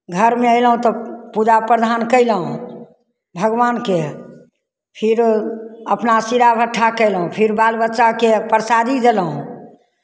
घरमे अयलहुँ तऽ पूजा प्रधान कयलहुँ भगवानके फेर अपना शिरा भट्ठा कयलहुँ फेर बाल बच्चाकेँ प्रसादी देलहुँ